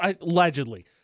allegedly